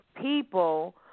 people –